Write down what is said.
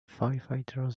firefighter